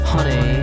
Honey